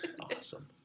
Awesome